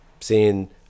seeing